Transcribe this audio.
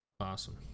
Awesome